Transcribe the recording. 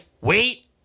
wait